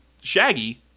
Shaggy